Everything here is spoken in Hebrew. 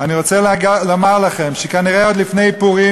וזה נכון,